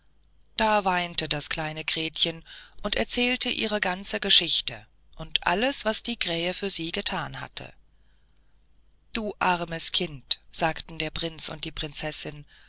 da weinte das kleine gretchen und erzählte ihre ganze geschichte und alles was die krähen für sie gethan hatten du armes kind sagten der prinz und die prinzessin